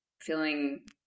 feeling